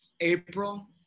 April